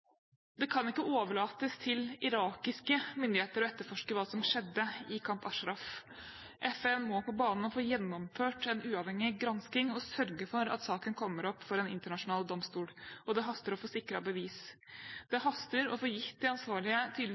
Det kan ikke overlates til irakiske myndigheter å etterforske hva som skjedde i Camp Ashraf, FN må på banen og få gjennomført en uavhengig gransking og sørge for at saken kommer opp for en internasjonal domstol. Og det haster å få sikret bevis, det haster å få gitt de ansvarlige